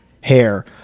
hair